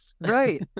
Right